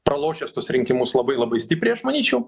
pralošęs tuos rinkimus labai labai stipriai aš manyčiau